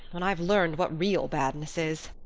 when i've learned what real badness is.